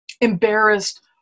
embarrassed